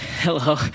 hello